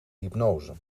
hypnose